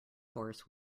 horse